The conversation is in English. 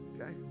Okay